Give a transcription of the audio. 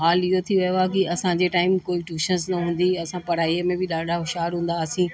हालु इहो थी वियो आहे कि असांजे टाइम कोई ट्यूशन्स न हूंदी असां पढ़ाईअ में बि ॾाढा होशियार हूंदा हुआसीं